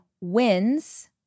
wins